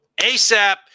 ASAP